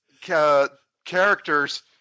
characters